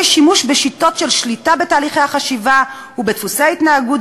שימוש בשיטות של שליטה בתהליכי החשיבה ובדפוסי ההתנהגות,